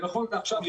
ונכון לעכשיו,